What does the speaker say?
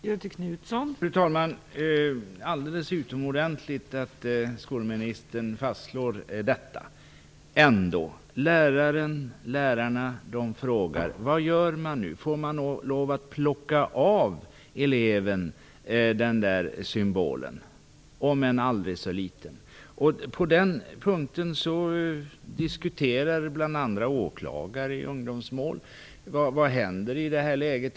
Fru talman! Det är alldeles utomordentligt att skolministern slår fast detta. Ändå frågar lärarna: Vad gör man nu? Får man lov att plocka av eleven den där symbolen, om än aldrig så liten? Det diskuterar bl.a. Vad händer i det här läget?